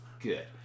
good